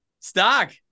Stock